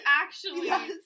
actually-